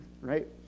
right